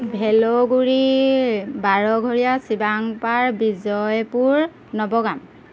Bheloguri Barghoria Shivangpar Bijoypur Nowgam